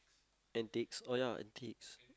antiques oh ya antiques